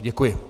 Děkuji.